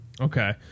Okay